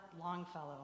Longfellow